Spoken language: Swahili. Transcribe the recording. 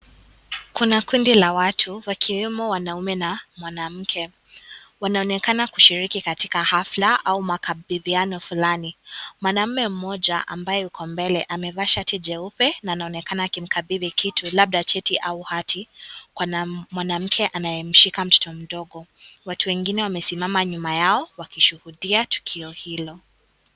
Kuna kundi la watu wakiwemo wanaume na mwanamke, wanaonenakana kushiriki katika hafla au makabidhiano fulani. Mwanaume mmoja ambayo yuko mbele amevaa shati jeupe na anaonekana akimkabidhi kitu labda cheti au hati kwa mwanamke anayemshika mtoto mdogo. Watu wengine wamesimama nyuma yao wakishuhudia tukio hilo.